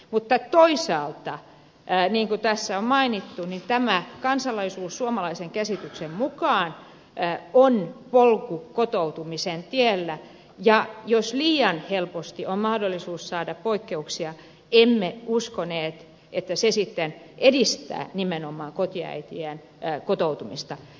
mutta toisaalta niin kuin tässä on mainittu tämä kansalaisuus suomalaisen käsityksen mukaan on polku kotoutumisen tielle ja jos liian helposti on mahdollisuus saada poikkeuksia emme uskoneet että se sitten edistää nimenomaan kotiäitien kotoutumista